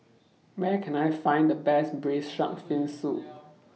Where Can I Find The Best Braised Shark Fin Soup